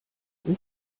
this